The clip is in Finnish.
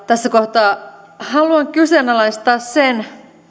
tässä kohtaa haluan kyseenalaistaa sen